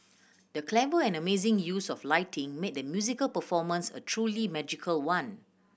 the clever and amazing use of lighting made the musical performance a truly magical one